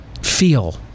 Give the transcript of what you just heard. feel